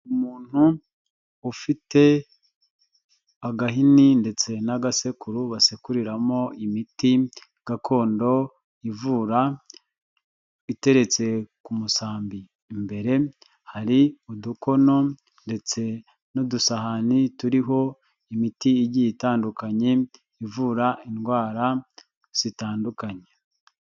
Umuntu ufite agahini ndetse n'agasekuru basekuriramo imiti gakondo ivura iteretse ku musambi, imbere hari udukono ndetse n'udusahani turiho imiti igiye itandukanye ivura indwara zitandukanye.